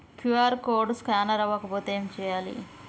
QR code scanner అవ్వకపోతే ఏం చేయాలి?